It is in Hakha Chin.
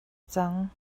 cang